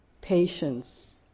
patience